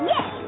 Yes